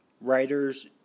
Writers